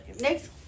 next